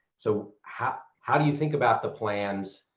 so how how do you think about the plans,